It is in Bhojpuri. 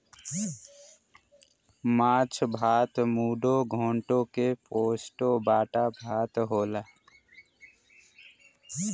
माछ भात मुडो घोन्टो के पोस्तो बाटा भात होला